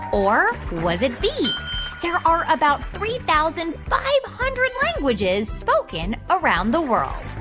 or was it b there are about three thousand five hundred languages spoken around the world?